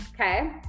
okay